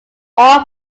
all